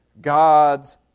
God's